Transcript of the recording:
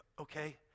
okay